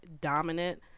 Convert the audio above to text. dominant